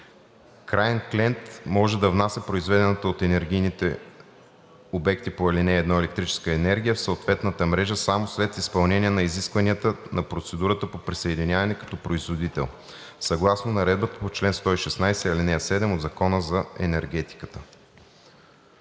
Краен клиент може да внася произведената от енергийните обекти по ал. 1 електрическа енергия в съответната мрежа само след изпълнение на изискванията на процедурата по присъединяване като производител, съгласно наредбата по чл. 116, ал. 7 от Закона за енергетиката.“